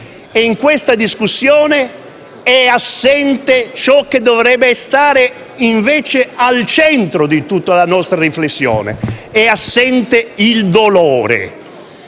e in questa discussione è assente ciò che dovrebbe stare, invece, al centro di tutta la nostra riflessione: è assente il dolore.